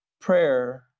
prayer